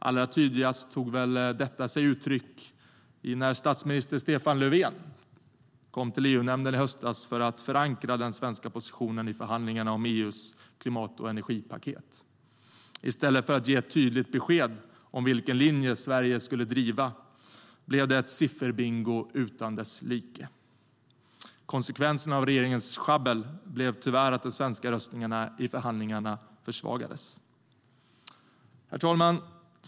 Allra tydligast tog sig detta väl uttryck när statsminister Stefan Löfven kom till EU-nämnden i höstas för att förankra den svenska positionen i förhandlingarna om EU:s klimat och energipaket. I stället för att ge tydligt besked om vilken linje regeringen ville driva blev det en sifferbingo utan dess like. Konsekvensen av regeringens sjabbel blev tyvärr att den svenska rösten i förhandlingarna försvagades. Herr talman!